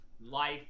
life